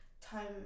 time